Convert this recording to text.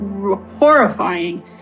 horrifying